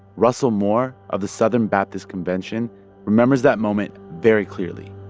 russell moore of the southern baptist convention remembers that moment very clearly